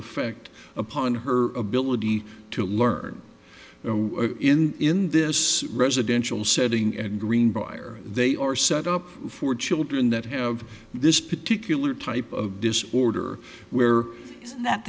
effect upon her ability to learn in in this residential setting and greenbrier they are set up for children that have this particular type of disorder where